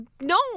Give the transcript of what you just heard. No